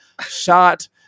shot